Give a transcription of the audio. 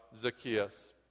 Zacchaeus